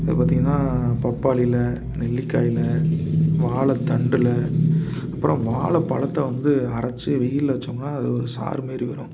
அதை பார்த்திங்கன்னா பப்பாளியில நெல்லிக்காயில் வாழைத்தண்டுல அப்புறம் வாழைப்பலத்த வந்து அரைச்சி வெயில்ல வச்சோம்னால் அதில் ஒரு சாறு மாரிவரும்